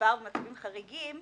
הגזבר במצבים חריגים,